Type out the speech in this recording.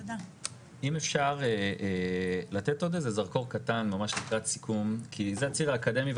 אם אפשר לתת עוד איזה זרקור קטן ממש לקראת סיכום כי זה הציר האקדמי,